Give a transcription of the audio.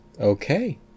Okay